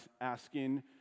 asking